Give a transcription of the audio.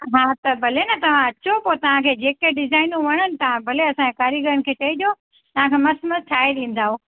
हा त भले न तव्हां अचो पोइ तव्हांखे जेके डिज़ाइनूं वणनि भले तव्हां असांजे कारीगरनि खे चइजो तव्हांखे मस्तु मस्तु ठाहे ॾींदा हो